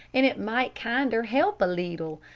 and it might kinder help a leetle.